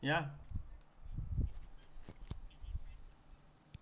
ya